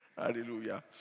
Hallelujah